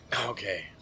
Okay